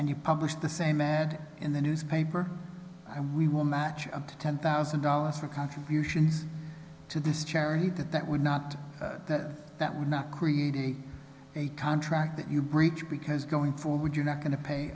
and you published the same ad in the newspaper and we will match up to ten thousand dollars for contributions to this charity that that would not that would not create a contract that you breach because going forward you're not going to pay